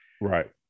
Right